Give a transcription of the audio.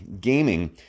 gaming